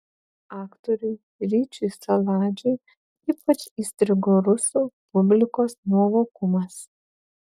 aktoriui ryčiui saladžiui ypač įstrigo rusų publikos nuovokumas